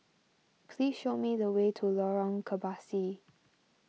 please show me the way to Lorong Kebasi